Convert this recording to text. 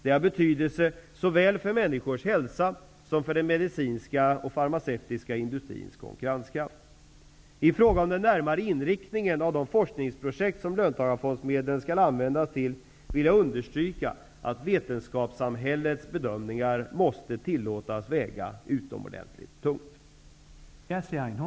Det är av betydelse såväl för människors hälsa som för den medicinska och farmaceutiska industrins konkurrenskraft. I fråga om den närmare inriktningen av de forskningsprojekt som löntagarfondsmedlen skall användas till, vill jag understryka att vetenskapssamhällets bedömningar måste tillåtas väga utomordentligt tungt.